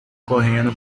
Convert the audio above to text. correndo